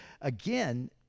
again